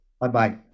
Bye-bye